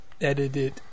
Edited